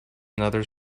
another